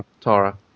Tara